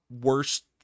worst